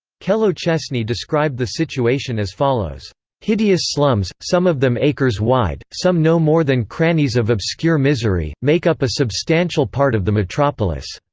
kellow chesney described the situation as follows hideous slums, some of them acres wide, some no more than crannies of obscure misery, make up a substantial part of the metropolis.